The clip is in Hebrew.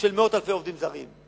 של מאות אלפי עובדים זרים.